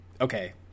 okay